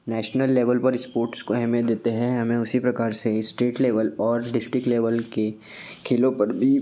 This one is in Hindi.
नैशनल लेवल पर इस्पोर्ट्स को अहमियत देते हैं हमें उसी प्रकार से इस्टेट लेवल और डिस्टिक लेवल के खेलों पर भी